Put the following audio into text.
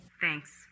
Thanks